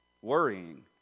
Worrying